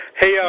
Hey